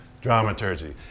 dramaturgy